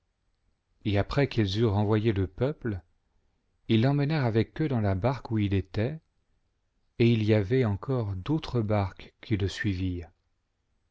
et après qu'ils eurent renvoyé le peuple ils l'emmenèrent avec eux dans la barque où il était et il y avait encore d'autres barques qui le suivirent